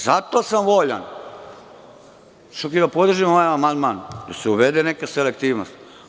Zato sam voljan čak i da podržim ovaj amandman, da se uvede neka selektivnost.